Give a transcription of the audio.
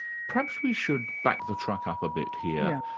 perhaps we should back the truck up a bit here.